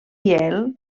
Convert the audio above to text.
yale